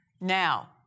Now